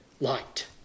light